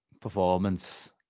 performance